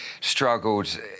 struggled